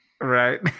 Right